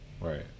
Right